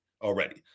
already